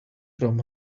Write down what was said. from